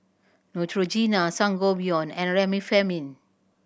Neutrogena Sangobion and Remifemin